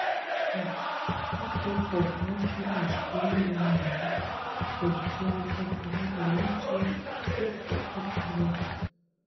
ak kiek daug paaukočiau už dieną vienumoje už dieną per kurią galėčiau viską apgalvoti